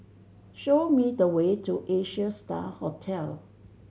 show me the way to Asia Star Hotel